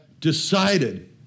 decided